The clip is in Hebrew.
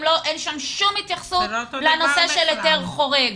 אין שם כל התייחסות לנושא של היתר חורג.